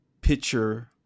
picture